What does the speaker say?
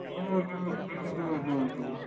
ᱦᱩᱸ ᱦᱩᱸ ᱦᱩᱸ ᱦᱩᱸ ᱦᱩᱸ ᱦᱩᱸ ᱦᱩᱸ